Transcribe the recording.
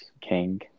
King